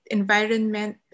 environment